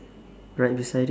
right beside it